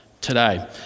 today